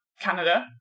Canada